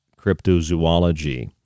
cryptozoology